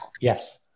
Yes